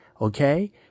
Okay